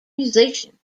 musician